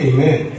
Amen